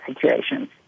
situations